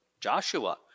Joshua